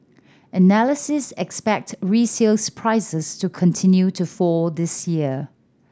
analysts expect resales prices to continue to fall this year